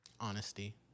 Honesty